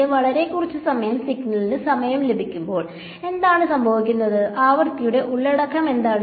എനിക്ക് വളരെ കുറച്ച് സമയം സിഗ്നലിംഗ് സമയം ലഭിക്കുമ്പോൾ എന്താണ് സംഭവിക്കുന്നത് ആവൃത്തിയുടെ ഉള്ളടക്കം എന്താണ്